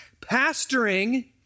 Pastoring